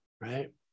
right